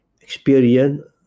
experience